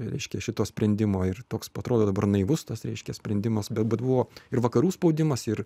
reiškia šito sprendimo ir toks atrodo dabar naivus tas reiškia sprendimas bet buvo ir vakarų spaudimas ir